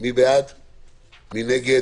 אני בטוח שזאת הסיבה שחברי כחול לבן מצביעים נגד.